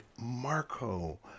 Marco